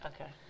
Okay